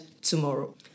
tomorrow